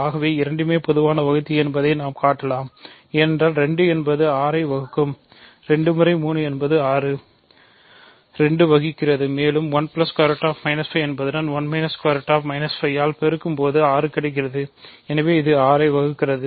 ஆகவே இரண்டுமே பொதுவான வகுத்தி என்பதை நாம் காட்டலாம் ஏனென்றால் 2 என்பது 6 ஐ வகுக்கும் 2 முறை 3என்பது 6 2 வகுக்கிறது மேலும் 1 ✓ 5 என்பதுடன் 1 ✓ 5 ஆல் பெருக்கும்போது 6கிடைக்கிறது எனவே இது 6 ஐ வகுக்கிறது